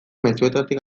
mezuetatik